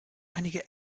einige